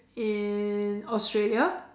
in Australia